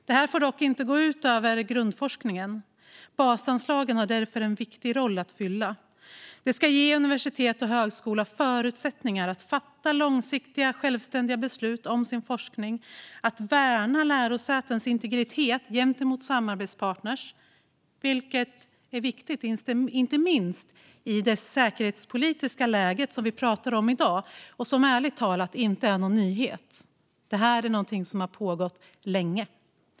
Det här får dock inte gå ut över grundforskningen. Basanslagen har därför en viktig roll att spela. De ska ge universitet och högskolor förutsättningar att fatta långsiktiga självständiga beslut om sin forskning och värna lärosätenas integritet gentemot samarbetspartner. Detta är viktigt, inte minst i det säkerhetspolitiska läge som vi pratar om i dag och som ärligt talat inte är någon nyhet. Det här är någonting som har pågått länge.